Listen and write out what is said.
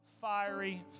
fiery